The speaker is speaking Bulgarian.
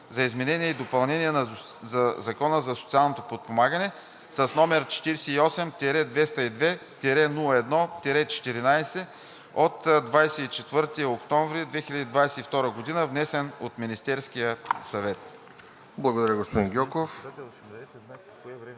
за изменение и допълнение на Закона за социално подпомагане, с № 48-202-01-14, от 24 октомври 2022 г., внесен от Министерския съвет.“